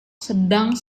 sedang